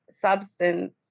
substance